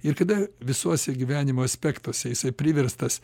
ir kada visuose gyvenimo aspektuose jisai priverstas